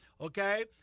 Okay